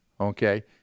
Okay